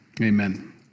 amen